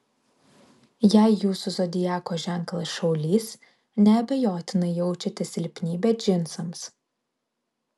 jei jūsų zodiako ženklas šaulys neabejotinai jaučiate silpnybę džinsams